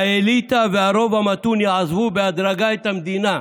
האליטה והרוב המתון יעזבו בהדרגה את המדינה".